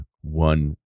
one